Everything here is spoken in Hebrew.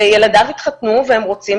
וילדיו התחתנו והם רוצים